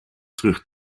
terug